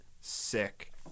sick